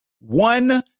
one